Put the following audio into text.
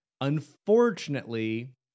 Unfortunately